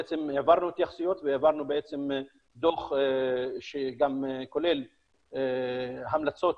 בעצם העברנו התייחסויות ודוח שגם כולל המלצות